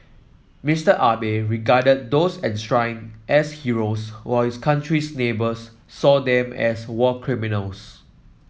Mister Abe regarded those enshrined as heroes while his country's neighbours saw them as war criminals